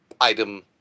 item